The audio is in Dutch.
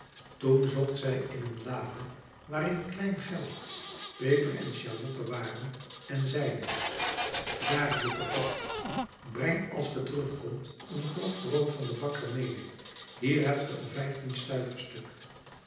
toen zocht zij in een lade waarin klein geld peper en sjalotten waren en zeide daar juffer pad breng als ge terugkomt een grof brood van den bakker mede hier hebt ge een